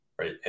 Right